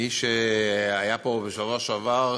מי שהיה פה בשבוע שעבר